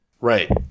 Right